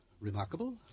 Remarkable